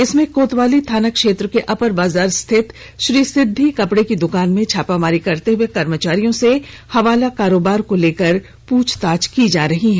इसमें कोतवाली थाना क्षेत्र के अपर बाजार स्थित श्री सिद्धि कपड़े की द्वकान में छापामारी करते हुए कर्मचारियों से हवाला कारोबार को लेकर पृछताछ की है